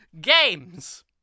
games